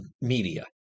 media